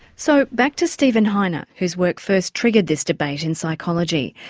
so back to steven heine ah whose work first triggered this debate in psychology.